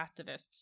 activists